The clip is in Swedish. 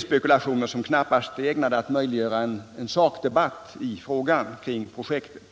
spekulationer som knappast är ägnade att möjliggöra en sakdebatt i frågan kring projektet.